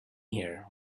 here